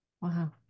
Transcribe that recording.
Wow